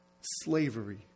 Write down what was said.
Slavery